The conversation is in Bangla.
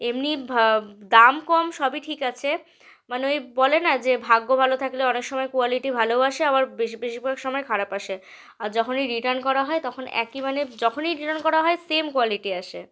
এমনি ভাব দাম কম সবই ঠিক আছে মানে ওই বলে না যে ভাগ্য ভালো থাকলে অনেক সময় কোয়ালিটি ভালোও আসে আবার বেশি বেশিরভাগ সময় খারাপ আসে আর যখনই রিটার্ন করা হয় তখন একই মানে যখনই রিটার্ন করা হয় সেম কোয়ালিটি আসে